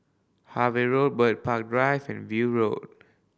Harvey Road Bird Park Drive and View Road